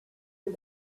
aux